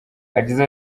yagize